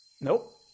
Nope